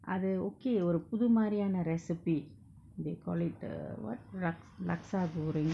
அது:athu okay ஒரு புதுமாரியான:oru puthumaariyaana recipe they call it the what lak~ laksa goreng